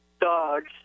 dogs